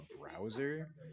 browser